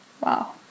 Wow